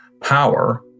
power